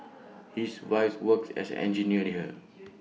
his wife works as engineer here